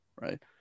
right